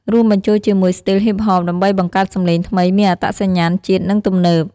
រួមបញ្ចូលជាមួយស្ទីលហ៊ីបហប ដើម្បីបង្កើតសម្លេងថ្មីមានអត្តសញ្ញាណជាតិ និងទំនើប។